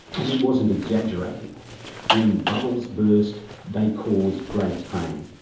and he wasn't exaggerating when bubbles burst, they cause great pain.